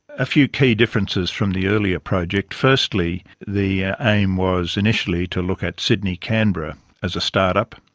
a few key differences from the earlier project. firstly the aim was initially to look at sydney-canberra as a start-up,